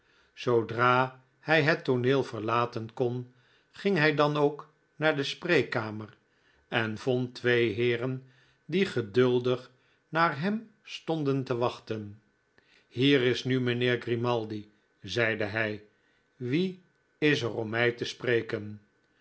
zoodra hij het tooneel verlaten kon ging hij dan ook naar de spreekkamer en vond twee heeren die geduldig naar hem stonden te wachten hier is nu mijnheer grimaldi zeide hij wie is er om mij te spreken